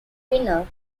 winner